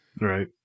Right